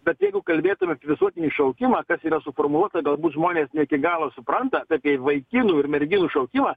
bet jeigu kalbėtume apie visuotinį šaukimą kas yra suformuluota galbūt žmonės ne iki galo supranta tai kaip vaikinų ir merginų šaukimą